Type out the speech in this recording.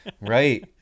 Right